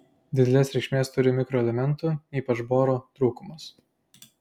didelės reikšmės turi mikroelementų ypač boro trūkumas